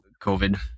covid